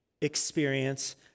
experience